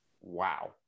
Wow